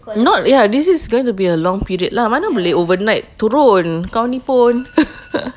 not ya this is going to be a long period lah mana boleh overnight turn kau ni pun